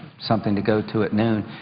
something to go to at noon.